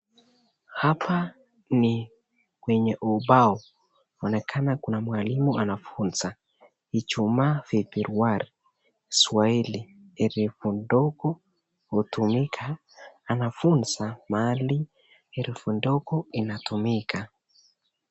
Hapa ni penye ubao, inaonekana kuna mwalimu anayefunza Ijumaa Februari Swahili , herufu dogo utumika. Anafunza mahali herufi dogo inatumika.